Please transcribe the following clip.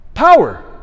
power